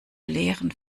leeren